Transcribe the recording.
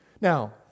Now